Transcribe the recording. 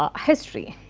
um history.